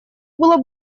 было